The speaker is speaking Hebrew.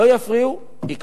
לא יפריעו, יקרו.